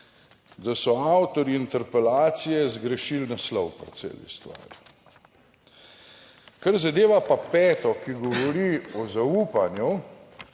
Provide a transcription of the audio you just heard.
da so avtorji interpelacije zgrešili naslov pri celi stvari. Kar zadeva pa peto, ki govori o zaupanju,